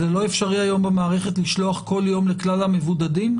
זה לא אפשרי היום במערכת לשלוח כל יום לכלל המבודדים?